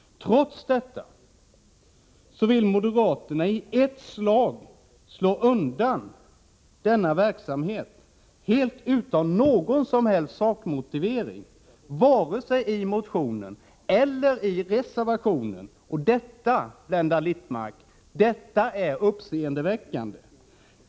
Trots detta vill moderaterna i ett slag slå undan denna verksamhet, helt utan någon som helst sakmotivering, vare sig i motionen eller i reservationen. Detta, Blenda Littmarck, är uppseendeväckande.